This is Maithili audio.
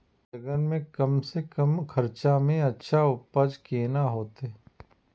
बेंगन के कम से कम खर्चा में अच्छा उपज केना होते?